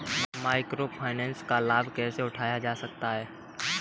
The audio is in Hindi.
माइक्रो फाइनेंस का लाभ कैसे उठाया जा सकता है?